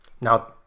Now